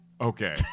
Okay